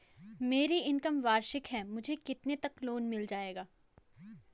मेरी इनकम वार्षिक है मुझे कितने तक लोन मिल जाएगा?